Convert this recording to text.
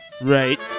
right